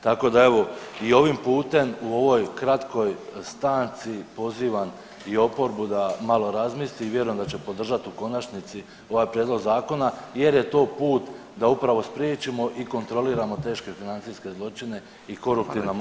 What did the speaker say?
Tako da evo i ovim putem u ovoj kratkoj stanci pozivam i oporbu da malo razmisli i vjerujem da će podržati u konačnici ovaj prijedlog zakona jer je to put da upravo spriječimo i kontroliramo teške financijske zločine i koruptivna moguća kaznena djela.